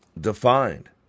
defined